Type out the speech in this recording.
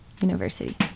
University